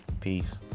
Peace